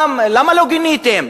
למה לא גיניתם?